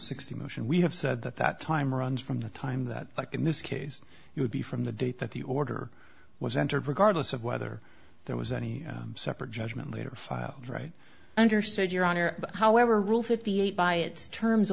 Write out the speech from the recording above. sixty motion we have said that that time runs from the time that like in this case you would be from the date that the order was entered regardless of whether there was any separate judgment later filed right under said your honor however rule fifty eight by its terms